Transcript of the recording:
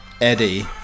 eddie